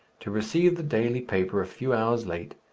to receive the daily paper a few hours late,